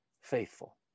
faithful